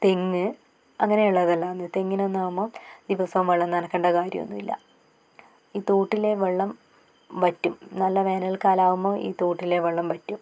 തെങ്ങ് അങ്ങനെയുള്ളതെല്ലാം തെങ്ങിനന്നാകുമ്പോൾ ദിവസവും വെള്ളം നനക്കേണ്ട കാര്യമൊന്നുമില്ല ഈ തോട്ടിലെ വെള്ളം വറ്റും നല്ല വേനൽക്കാലം ആകുമ്പോൾ ഈ തോട്ടിലെ വെള്ളം വറ്റും